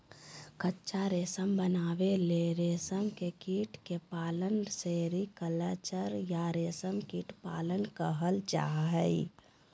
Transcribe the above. कच्चा रेशम बनावे ले रेशम के कीट के पालन सेरीकल्चर या रेशम कीट पालन कहल जा हई